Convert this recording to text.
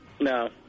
No